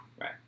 Right